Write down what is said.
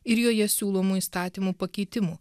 ir joje siūlomų įstatymų pakeitimų